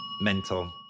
mental